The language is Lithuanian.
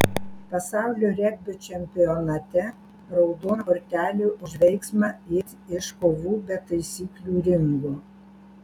pasaulio regbio čempionate raudona kortelė už veiksmą it iš kovų be taisyklių ringo